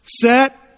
set